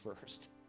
first